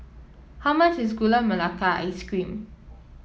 how much is Gula Melaka Ice Cream